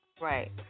Right